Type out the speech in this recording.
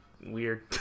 weird